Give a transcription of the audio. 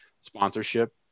sponsorship